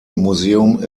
museum